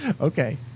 Okay